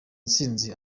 intsinzi